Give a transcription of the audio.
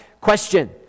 Question